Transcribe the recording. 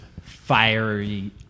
fiery